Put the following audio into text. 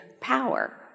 power